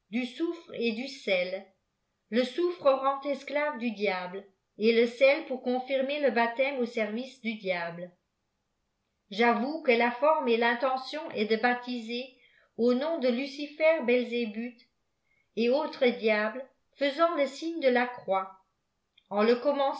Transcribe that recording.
du soufre et du i le soufre rend esclave du diable et le sel pour confirme iq mp téme au service du diable j'avoue que la forme et l'intention esé débaptiser au nom de lucifer behébuth et autres diaues faîsant le signe delà croix